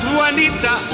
Juanita